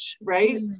Right